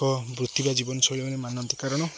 ଏକ ବୃତ୍ତି ବା ଜୀବନଶୈଳୀ ମାନନ୍ତି କାରଣ